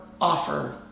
offer